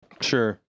Sure